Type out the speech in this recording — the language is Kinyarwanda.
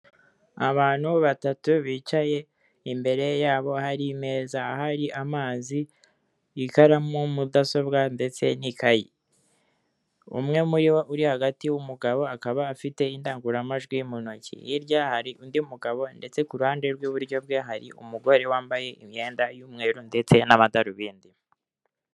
Abantu batatu bicaye, imbere yabo hari imeza, hari amazi, ikaramu mudasobwa ndetse n'ikayi. Umwe muri bo uri hagati w'umugabo akaba afite indangururamajwi mu ntoki, hirya hari undi mugabo, ndetse kuruhande rw'iburyo bwe hari umugore wambaye imyenda y'imweru ndetse n'amadarubindi.